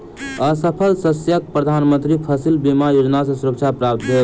असफल शस्यक प्रधान मंत्री फसिल बीमा योजना सॅ सुरक्षा प्राप्त भेल